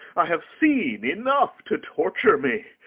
i have seen enough to torture me!